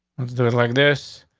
do it like this.